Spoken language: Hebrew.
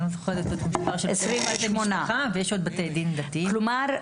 יש עוד בתי דין דתיים.